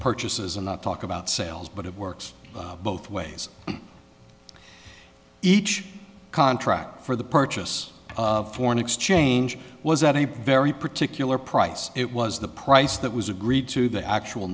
purchases and not talk about sales but it works both ways each contract for the purchase of foreign exchange was at a very particular price it was the price that was agreed to the actual